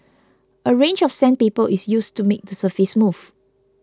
a range of sandpaper is used to make the surface smooth